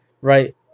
right